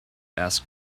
asked